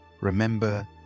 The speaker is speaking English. Remember